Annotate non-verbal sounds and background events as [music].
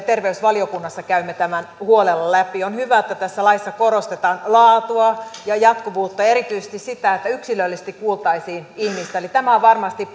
[unintelligible] terveysvaliokunnassa käymme tämän huolella läpi on hyvä että tässä laissa korostetaan laatua ja jatkuvuutta ja erityisesti sitä että yksilöllisesti kuultaisiin ihmistä eli tämä on varmasti [unintelligible]